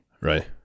Right